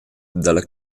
dalla